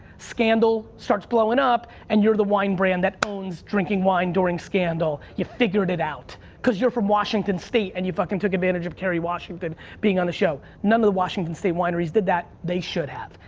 scandal starts blowing up and you're the wine brand that owns drinking wine during scandal. you figured it out cuz you're from washington state and you fuckin took advantage of kerry washington being on the show. none of the washington state wineries did that. they should have.